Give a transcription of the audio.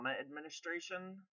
administration